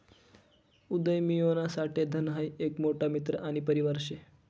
उदयमियोना साठे धन हाई एक मोठा मित्र आणि परिवार शे